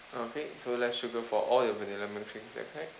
okay so less sugar for all your vanilla milkshakes is that correct